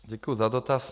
Děkuji za dotaz.